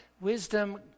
wisdom